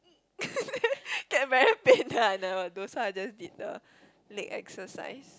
get very pain then I never do so I just did the leg exercise